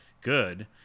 good